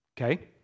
okay